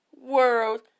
World